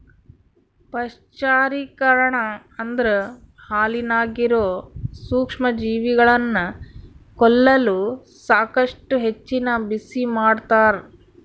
ಪಾಶ್ಚರೀಕರಣ ಅಂದ್ರ ಹಾಲಿನಾಗಿರೋ ಸೂಕ್ಷ್ಮಜೀವಿಗಳನ್ನ ಕೊಲ್ಲಲು ಸಾಕಷ್ಟು ಹೆಚ್ಚಿನ ಬಿಸಿಮಾಡ್ತಾರ